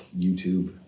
YouTube